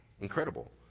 Incredible